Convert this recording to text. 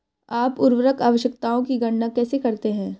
आप उर्वरक आवश्यकताओं की गणना कैसे करते हैं?